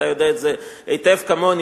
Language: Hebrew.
ואתה יודע את זה היטב כמוני,